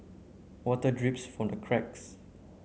water drips from the cracks